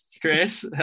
Chris